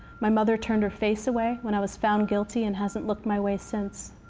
my mother turned her face away when i was found guilty and hasn't look my way since.